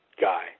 guy